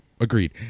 agreed